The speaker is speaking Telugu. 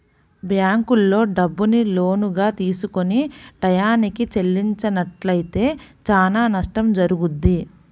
బ్యేంకుల్లో డబ్బుని లోనుగా తీసుకొని టైయ్యానికి చెల్లించనట్లయితే చానా నష్టం జరుగుద్ది